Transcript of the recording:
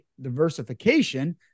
diversification